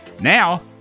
Now